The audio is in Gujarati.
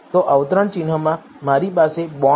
તો અવતરણ ચિન્હમાં મારી પાસે bonds